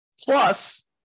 Plus